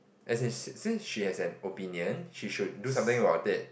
as in si~ since she has an opinion she should do something about it